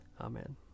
Amen